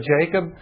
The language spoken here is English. Jacob